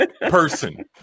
person